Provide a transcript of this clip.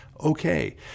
okay